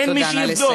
אין מי שיבדוק,